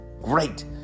great